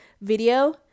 video